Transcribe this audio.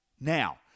Now